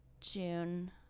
June